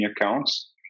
accounts